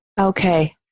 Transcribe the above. Okay